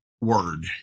word